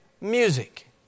music